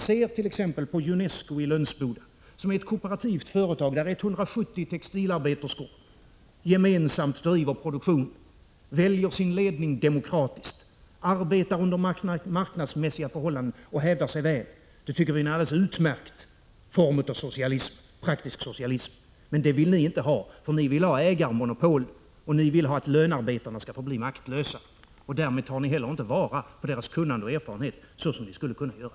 Se t.ex. på Junesco i Lönsboda, som är ett kooperativt företag där 170 textilarbeterskor gemensamt driver produktionen, väljer sin ledning demokratiskt, arbetar under marknadsmässiga förhållanden och hävdar sig väl. Det tycker vi är en alldeles utmärkt form av praktisk socialism. Men det vill ni inte ha, för ni vill ha ägarmonopol, ni vill att lönarbetarna skall förbli maktlösa. Därmed tar ni heller inte vara på deras kunnande och erfarenhet så som ni skulle kunna göra.